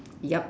yup